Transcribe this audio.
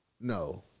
no